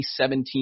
2017